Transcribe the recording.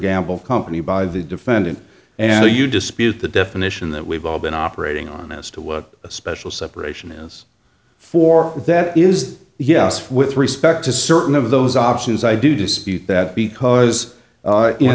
gamble company by the defendant and do you dispute the definition that we've all been operating on as to what a special separation is for that is yes with respect to certain of those options i do dispute that because